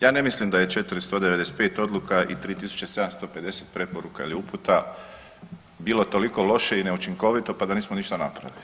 Ja ne mislim da je 495 odluka i 3750 preporuka ili uputa bilo toliko loše i neučinkovito pa da nismo ništa napravili.